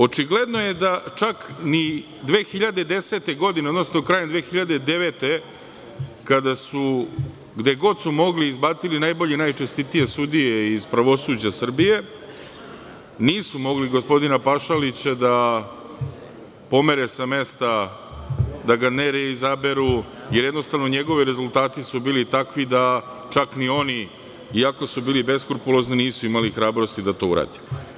Očigledno je da čak ni 2010. godine, odnosno krajem 2009. godine kada su, gde god su mogli izbacili najbolje i najčestitije sudije iz pravosuđa Srbije, nisu mogli gospodina Pašalića da pomere sa mesta, da ga ne izaberu, jer jednostavno njegovi rezultati su bili takvi da čak ni oni, iako su bili beskrupulozni nisu imali hrabrosti da to urade.